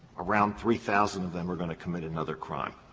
around three thousand of them are going to commit another crime.